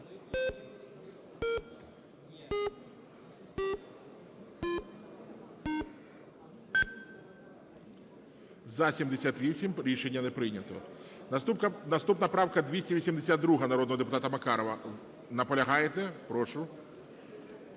За-78 Рішення не прийнято. Наступна правка 282, народного депутата Макарова. Наполягаєте? Прошу.